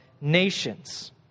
nations